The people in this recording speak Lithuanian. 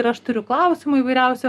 ir aš turiu klausimų įvairiausių